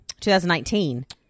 2019